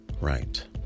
right